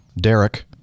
Derek